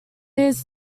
his